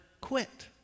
quit